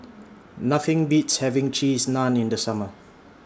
Nothing Beats having Cheese Naan in The Summer